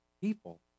people